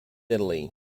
italy